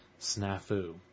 Snafu